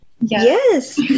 Yes